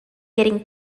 getting